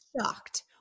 shocked